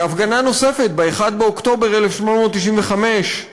הפגנה נוספת, ב-1 באוקטובר 1895,